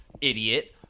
idiot